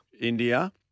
India